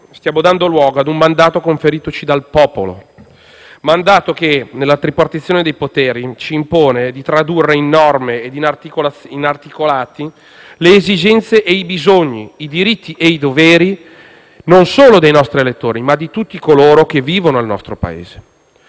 stiamo dando luogo ad un mandato conferitoci dal popolo; mandato che nella tripartizione dei poteri ci impone di tradurre in norme ed in articolati le esigenze e i bisogni, i diritti e i doveri non solo dei nostri elettori, ma di tutti coloro che vivono nel nostro Paese.